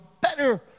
better